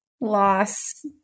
loss